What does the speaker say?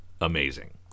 amazing